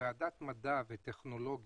כוועדת מדע וטכנולוגיה